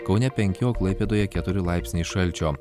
kaune penki o klaipėdoje keturi laipsniai šalčio